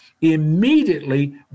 immediately